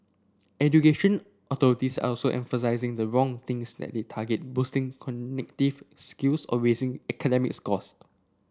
education authorities are also emphasising the wrong things that they target boosting cognitive skills or raising academic scores